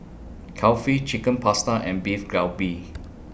Kulfi Chicken Pasta and Beef Galbi